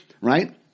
right